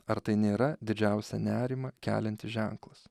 ar tai nėra didžiausią nerimą keliantis ženklas